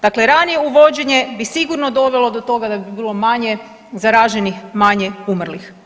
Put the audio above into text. Dakle, ranije uvođenje bi sigurno dovelo do toga da bi bilo manje zaraženih, manje umrlih.